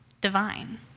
divine